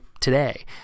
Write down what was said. today